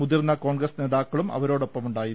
മുതിർന്ന കോൺഗ്രസ് നേതാക്കളും അവരോടൊപ്പമുണ്ടായിരുന്നു